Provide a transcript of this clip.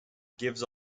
gives